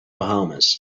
bahamas